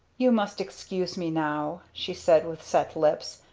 you must excuse me now, she said with set lips.